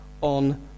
on